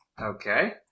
Okay